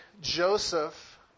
Joseph